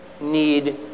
need